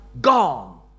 gone